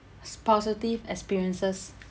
s~ positive experiences